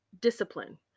discipline